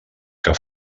que